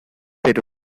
pero